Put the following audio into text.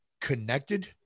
connected